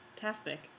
fantastic